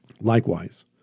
Likewise